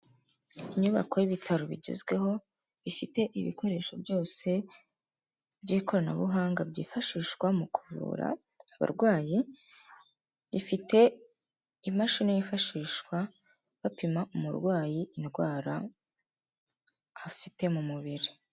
Inyubako y'ibitaro bigezweho bifite ibikoresho byose by'ikoranabuhanga byifashishwa mu kuvura abarwayi. Ifite imashini yifashishwa bapima umurwayi indwara afite mu mubiri.